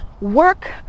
work